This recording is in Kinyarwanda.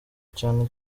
cyane